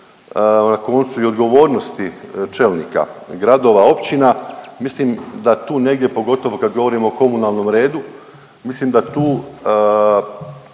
na koncu odgovornosti čelnika gradova, općina, mislim da tu negdje pogotovo kad govorimo o komunalnom redu, mislim da tu